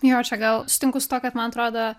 jo čia gal sutinku su tuo kad man atrodo